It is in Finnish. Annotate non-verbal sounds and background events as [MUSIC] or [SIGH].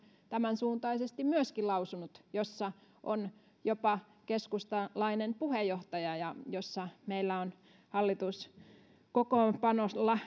tämän suuntaisesti on myöskin lausunut ympäristövaliokunta jossa on jopa keskustalainen puheenjohtaja ja jossa meillä on hallituskokoonpanolla [UNINTELLIGIBLE]